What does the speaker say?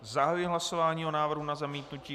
Zahajuji hlasování o návrhu na zamítnutí.